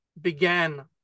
began